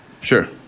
Sure